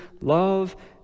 love